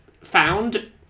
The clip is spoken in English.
found